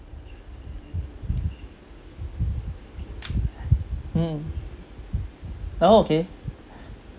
mm oh okay